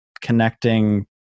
connecting